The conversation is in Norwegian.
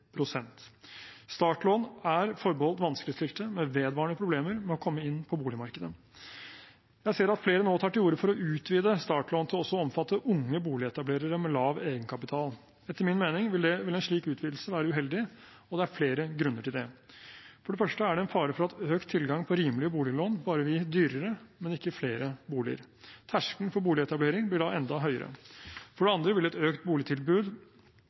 Startlån er forbeholdt vanskeligstilte med vedvarende problemer med å komme inn på boligmarkedet. Jeg ser at flere nå tar til orde for å utvide startlån til også å omfatte unge boligetablerere med lav egenkapital. Etter min mening vil en slik utvidelse være uheldig, og det er flere grunner til det. For det første er det en fare for at økt tilgang på rimelige boliglån bare vil gi dyrere, men ikke flere boliger. Terskelen for boligetablering blir da enda høyere. For det andre vil et økt